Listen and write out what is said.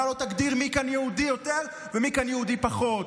אתה לא תגדיר מי כאן יהודי יותר ומי כאן יהודי פחות.